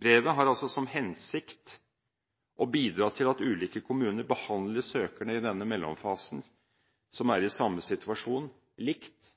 Brevet har altså som hensikt å bidra til at ulike kommuner behandler søkerne i denne mellomfasen som er i samme situasjon, likt,